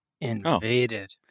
Invaded